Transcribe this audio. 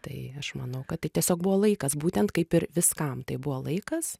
tai aš manau kad tai tiesiog buvo laikas būtent kaip ir viskam tai buvo laikas